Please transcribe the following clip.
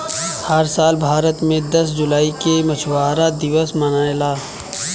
हर साल भारत मे दस जुलाई के मछुआरा दिवस मनेला